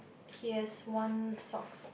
he has one sock